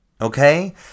Okay